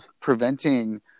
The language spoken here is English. preventing